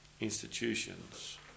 institutions